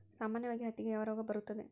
ಸಾಮಾನ್ಯವಾಗಿ ಹತ್ತಿಗೆ ಯಾವ ರೋಗ ಬರುತ್ತದೆ?